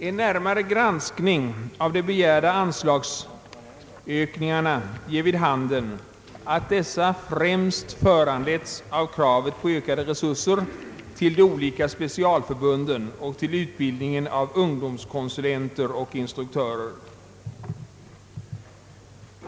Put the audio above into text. En närmare granskning av de begärda anslagsökningarna ger vid handen att dessa främst föranletts av kravet på ökade resurser till de olika specialförbunden och till utbildningen av ungdomskonsulenter och instruktörer.